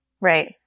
Right